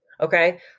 Okay